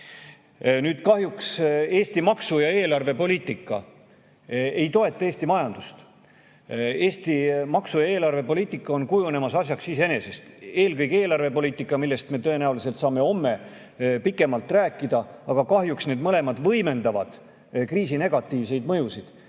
kahjuks Eesti maksu- ja eelarvepoliitika ei toeta Eesti majandust. Eesti maksu- ja eelarvepoliitika on kujunemas asjaks iseenesest, eelkõige eelarvepoliitika, millest me tõenäoliselt saame homme pikemalt rääkida. Aga kahjuks need mõlemad võimendavad kriisi negatiivseid mõjusid,